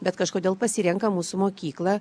bet kažkodėl pasirenka mūsų mokyklą